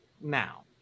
now